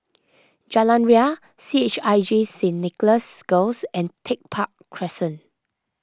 Jalan Ria C H I J Saint Nicholas Girls and Tech Park Crescent